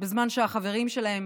בזמן שהחברים שלהם